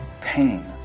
pain